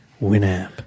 Winamp